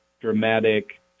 dramatic